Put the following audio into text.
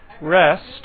Rest